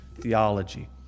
theology